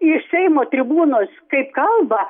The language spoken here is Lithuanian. iš seimo tribūnos kaip kalba